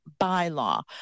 bylaw